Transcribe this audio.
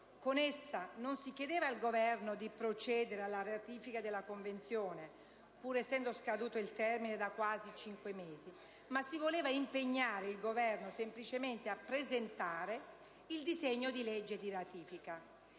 Con essa non si chiedeva al Governo di procedere alla ratifica della Convenzione (pur essendo scaduto il termine da quasi cinque mesi), ma semplicemente impegnarlo a presentare il disegno di legge di ratifica.